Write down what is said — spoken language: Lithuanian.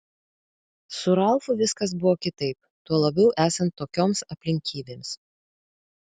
su ralfu viskas buvo kitaip tuo labiau esant tokioms aplinkybėms